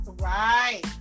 Right